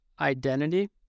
identity